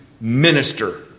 minister